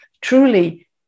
truly